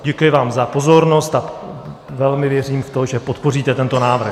Děkuji vám za pozornost a velmi věřím v to, že podpoříte tento návrh.